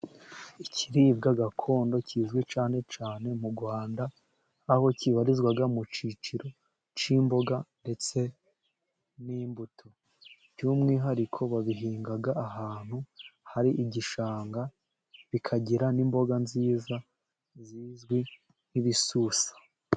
Ikiribwa gakondo kizwi cyane cyane mu Rwanda, aho kibarizwa mu kiciro cy'imboga ndetse n'imbuto. By'umwihariko babihinga ahantu hari igishanga, bikagira n'imboga nziza zizwi nk'ibisusa.